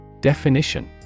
Definition